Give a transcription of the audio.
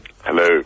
Hello